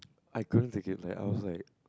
I couldn't take it like I was like